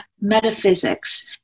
metaphysics